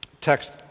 text